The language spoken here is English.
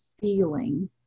feeling